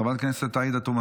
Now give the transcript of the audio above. חברת הכנסת עאידה תומא